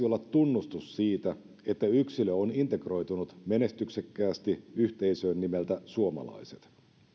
olla tunnustus siitä että yksilö on integroitunut menestyksekkäästi yhteisöön nimeltä suomalaiset